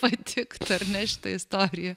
patikti ar ne šita istorija